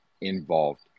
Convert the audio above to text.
involved